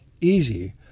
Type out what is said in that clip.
easy